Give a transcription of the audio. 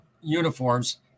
uniforms